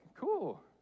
cool